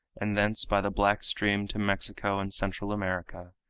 and thence by the black stream to mexico and central america,